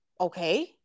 okay